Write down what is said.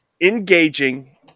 engaging